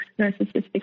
narcissistic